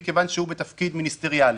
מכיוון שהוא בתפקיד מיניסטריאלי.